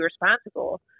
responsible